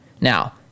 Now